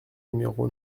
numéro